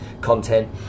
content